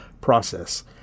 process